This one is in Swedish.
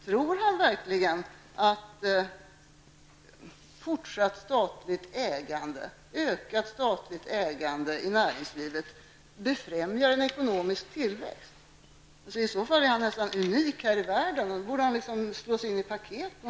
Tror han verkligen att fortsatt och ökat statligt ägande i näringslivet främjar den ekonomiska tillväxten. I så fall är han nästan unik i världen, och då borde han slås in i paket.